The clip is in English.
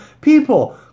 People